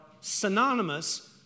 synonymous